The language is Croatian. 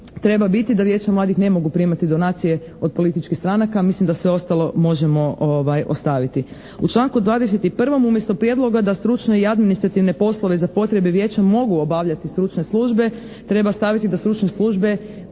treba biti da Vijeća mladih ne mogu primati donacije od političkih stranaka. Mislim da sve ostalo možemo ostaviti. U članku 21. umjesto prijedloga da stručne i administrativne poslove za potrebe Vijeća mogu obavljati stručne službe, treba staviti da stručne službe